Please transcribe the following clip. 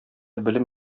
белем